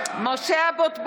(קוראת בשמות חברי הכנסת) משה אבוטבול,